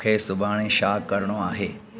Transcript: मूंखे सुभाणे छा करिणो आहे